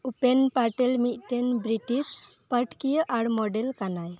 ᱩᱯᱮᱱ ᱯᱟᱴᱮᱞ ᱢᱤᱫᱴᱟᱝ ᱵᱨᱤᱴᱤᱥ ᱯᱟᱴᱷᱚᱠᱤᱭᱟᱹ ᱟᱨ ᱢᱚᱰᱮᱞ ᱠᱟᱱᱟᱭ